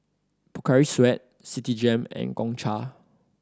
Pocari Sweat Citigem and Gongcha